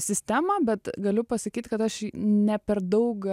sistemą bet galiu pasakyt kad aš ne per daug